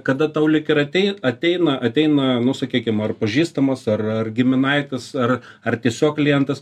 kada tau lyg ir atei ateina ateina nu sakykim ar pažįstamas ar ar giminaitis ar ar tiesiog klientas